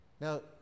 Now